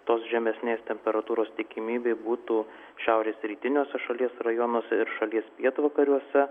tos žemesnės temperatūros tikimybė būtų šiaurės rytiniuose šalies rajonuose ir šalies pietvakariuose